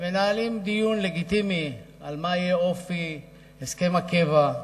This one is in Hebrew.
מנהלים דיון לגיטימי על מה יהיה אופי הסכם הקבע,